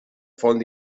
font